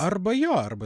arba jo arba